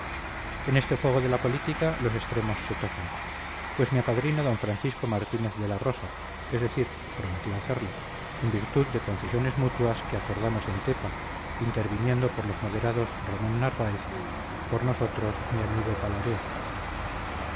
en este juego de la política los extremos se tocan pues me apadrina d francisco martínez de la rosa es decir prometió hacerlo en virtud de concesiones mutuas que acordamos en tepa interviniendo por los moderados ramón narváez por nosotros mi amigo palarea